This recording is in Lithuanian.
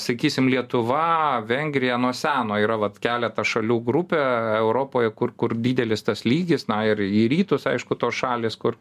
sakysime lietuva vengrija nuo seno yra vat keletą šalių grupė europoje kur kur didelis tas lygis na ir į rytus aišku tos šalys kur